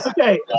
okay